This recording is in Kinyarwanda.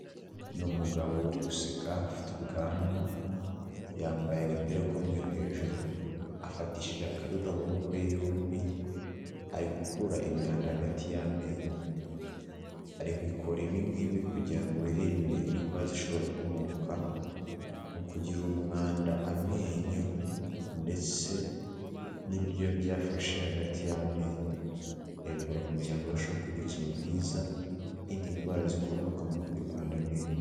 Ni umugabo uri guseka, ufite ubwanwa, yambaye agapira k'umweru hejuru, afatishije akadoda amaboko ye yombi, ari gukura imyanda hagati y'amenyo. Ari gukora ibi ng'ibi kugira ngo yirinde indwara zishobora gukomoka mu kugirira umwanda amenyo ndetse n'ibiryo biba byafashe hagati y'amenyo yabikora kugirango arusheho kugira ubuzima bwiza, yirinde indwara zikomoka mu kugirira umwanda amenyo.